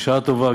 בשעה טובה,